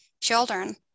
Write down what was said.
children